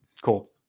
cool